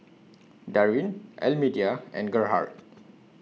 Darrin Almedia and Gerhard